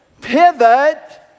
pivot